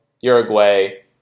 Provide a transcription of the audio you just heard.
Uruguay